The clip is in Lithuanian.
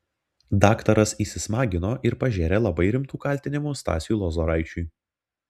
daktaras įsismagino ir pažėrė labai rimtų kaltinimų stasiui lozoraičiui